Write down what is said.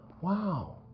wow